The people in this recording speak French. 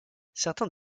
certains